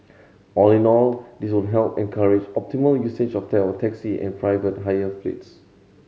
all in all this would help encourage optimal usage of tell taxi and private hire fleets